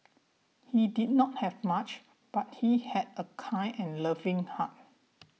he did not have much but he had a kind and loving heart